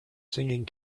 singing